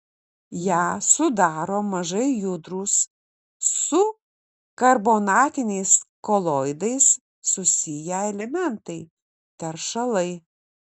ją sudaro mažai judrūs su karbonatiniais koloidais susiję elementai teršalai